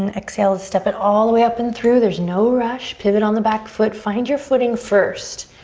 and exhale, step it all the way up and through. there's no rush. pivot on the back foot. find your footing first.